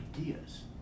ideas